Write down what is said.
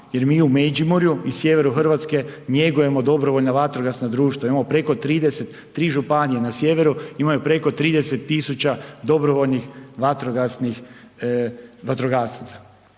Jer mi u Međimurju i sjeveru Hrvatske njegujemo dobrovoljna vatrogasna društva, imamo preko 30, tri županije